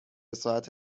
ساعت